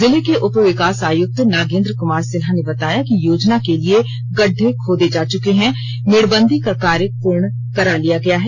जिले के उपविकास आयुक्त नागेंद्र कुमार सिन्हा ने बताया कि योजना के लिए गड्डे खोदे जा चुके हैं मेड़बंदी का कार्य पूर्ण करा लिया गया है